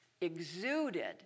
exuded